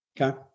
Okay